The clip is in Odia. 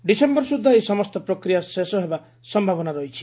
ଡିସେମ୍ୟର ସୁଦ୍ଧା ଏହି ସମସ୍ତ ପ୍ରକ୍ରିୟା ଶେଷ ହେବା ସୟାବନା ରହିଛି